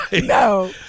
No